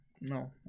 No